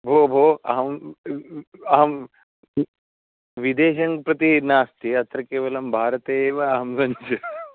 भोः भोः अहं अहं विदेशं प्रति नास्ति अत्र केवलं भारते एव अहं सञ्च